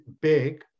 big